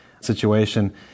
situation